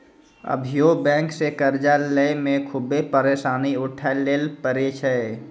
अभियो बेंक से कर्जा लेय मे खुभे परेसानी उठाय ले परै छै